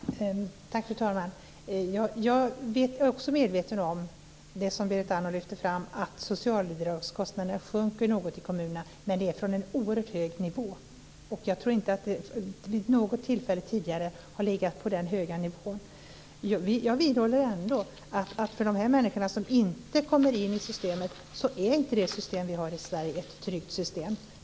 Fru talman! Jag är också medveten om det som Berit Andnor lyfter fram, nämligen att socialbidragskostnaderna sjunker något i kommunerna. Men det är från en oerhört hög nivå. Jag tror inte att de vid något tillfälle tidigare har legat på den höga nivån. Jag vidhåller ändå att för de människor som inte kommer in i systemet är inte det system vi har i Sverige ett tryggt system.